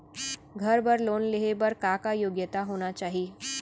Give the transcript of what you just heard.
घर बर लोन लेहे बर का का योग्यता होना चाही?